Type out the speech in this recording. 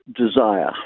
desire